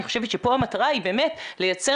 אני חושבת שכאן המטרה היא באמת לייצר